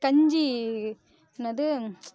கஞ்சி என்னது